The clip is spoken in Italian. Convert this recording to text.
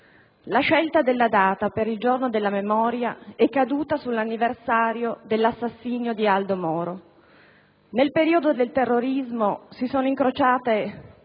La scelta della data per il giorno della memoria è caduta sull'anniversario dell'assassinio di Aldo Moro. Nel periodo del terrorismo si sono incrociate